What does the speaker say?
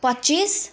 पच्चिस